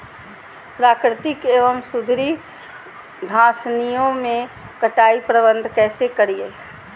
प्राकृतिक एवं सुधरी घासनियों में कटाई प्रबन्ध कैसे करीये?